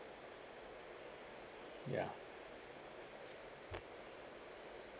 ya